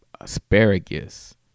asparagus